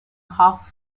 half